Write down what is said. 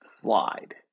slide